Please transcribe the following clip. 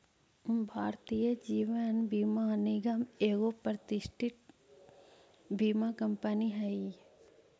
भारतीय जीवन बीमा निगम एगो प्रतिष्ठित बीमा कंपनी हई